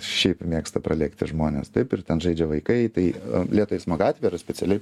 šiaip mėgsta pralėkti žmonės taip ir ten žaidžia vaikai tai lėto eismo gatvė yra specialiai